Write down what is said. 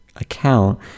account